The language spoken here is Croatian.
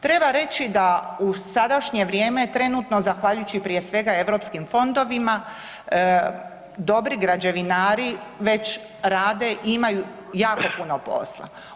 Treba reći da u sadašnje vrijeme trenutno zahvaljujući prije svega Europskim fondovima dobri građevinari već rade i imaju jako puno posla.